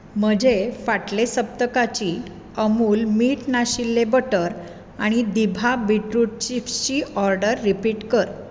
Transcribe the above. म्हजे फाटले सप्तकाची अमूल मीठ नाशिल्लें बटर आनी दिभा बीटरूट चिप्सची ऑर्डर रिपीट कर